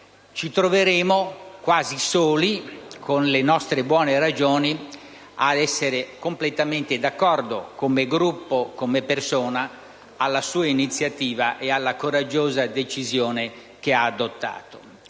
ci troveremo quasi soli con le nostre buone ragioni a essere completamente d'accordo come Gruppo e come persona con la sua iniziativa e con la coraggiosa decisione che ha adottato.